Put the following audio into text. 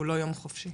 הוא לא יום חופשי.